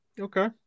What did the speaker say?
Okay